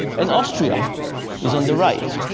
and austria is on the right.